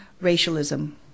racialism